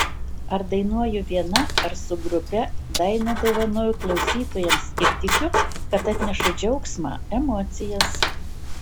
ar dainuoju viena ar su grupe dainą dovanoju klausytojams ir tikiu kad atnešu džiaugsmą emocijas